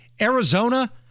Arizona